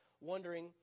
wondering